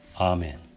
Amen